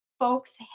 folks